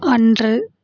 அன்று